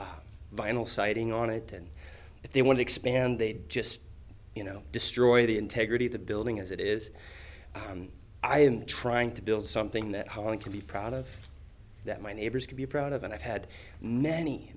vinyl siding on it and if they want to expand they'd just you know destroy the integrity of the building as it is i am trying to build something that i want to be proud of that my neighbors can be proud of and i've had many